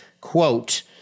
quote